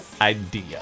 idea